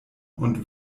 und